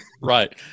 Right